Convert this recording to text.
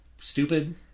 stupid